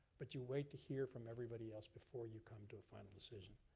but you wait to hear from everybody else before you come to a final decision.